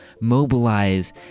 mobilize